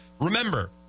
Remember